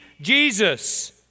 Jesus